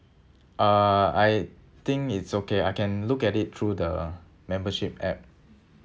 uh I think it's okay I can look at it through the membership app